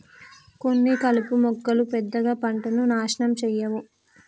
కొన్ని కలుపు మొక్కలు పెద్దగా పంటను నాశనం చేయవు